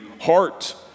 heart